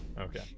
Okay